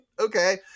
Okay